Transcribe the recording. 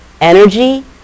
energy